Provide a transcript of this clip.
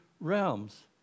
realms